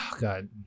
God